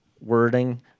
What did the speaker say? wording